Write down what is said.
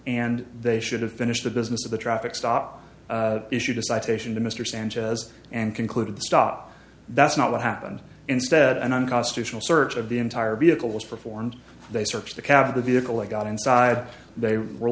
and they should have finished the business of the traffic stop issued a citation to mr sanchez and concluded the stop that's not what happened instead an unconstitutional search of the entire vehicle was performed they searched the cab of the vehicle they got inside they were